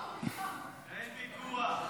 אין ויכוח.